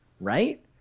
right